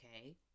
okay